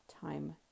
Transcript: time